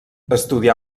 estudià